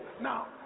Now